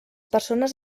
persones